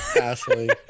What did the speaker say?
Ashley